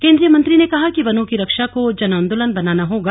केंद्रीय मंत्री ने कहा कि वनों की रक्षा को जनआंदोलन बनाना होगा